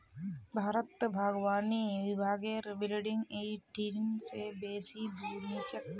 भारतत बागवानी विभागेर बिल्डिंग इ ठिन से बेसी दूर नी छेक